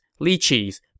lychees